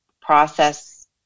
process